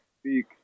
speak